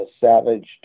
savaged